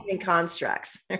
constructs